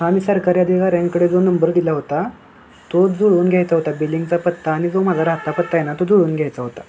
हां मी सरकारी अधिकाऱ्यांकडे जो नंबर दिला होता तो जुळवून घ्यायचा होता बिलिंगचा पत्ता आणि जो माझा राहता पत्ता आहे ना तो जुळून घ्यायचा होता